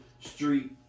street